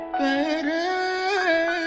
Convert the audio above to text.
better